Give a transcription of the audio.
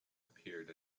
appeared